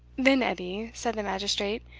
then, edie, said the magistrate,